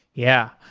yeah.